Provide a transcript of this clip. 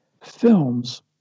films